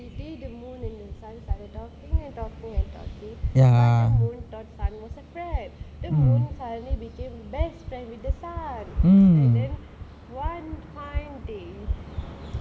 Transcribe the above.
the moon and the sun started talking and talking but the moon thought sun was a friend the moon suddenly became best friends with the sun one fine day